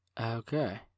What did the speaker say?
okay